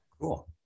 Cool